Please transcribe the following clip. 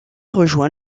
rejoint